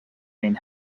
been